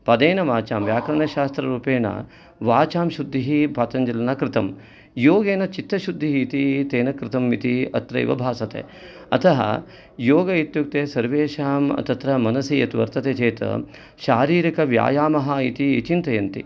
पदेन वाचां व्याकरणशास्त्ररूपेण वाचां शुद्धिः पतञ्जलिना कृतं योगेन चित्तशुद्धिः इति तेन कृतम् इति अत्रैव भासते अतः योग इत्युक्ते सर्वेषां तत्र मनसि यत् वर्तते चेत शारीरिकव्यायामः इति चिन्तयन्ति